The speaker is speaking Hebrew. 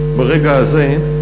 ברגע הזה,